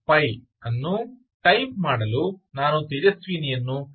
py ಅನ್ನು type ಮಾಡಲು ನಾನು ತೇಜಸ್ವಿನಿಯನ್ನು ಕೇಳುತ್ತೇನೆ